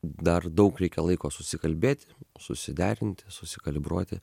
dar daug reikia laiko susikalbėti susiderinti susikalibruoti